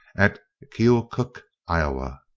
at keokuk, iowa.